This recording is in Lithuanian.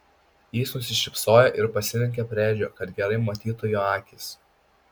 jis nusišypsojo ir pasilenkė prie edžio kad gerai matytų jo akis